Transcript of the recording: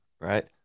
right